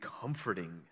comforting